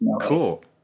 Cool